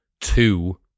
two